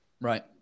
Right